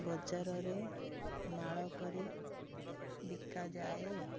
ବଜାରରେ ମାଳ କରି ବିକାଯାଏ